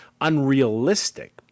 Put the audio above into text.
unrealistic